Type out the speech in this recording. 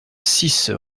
six